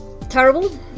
terrible